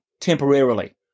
temporarily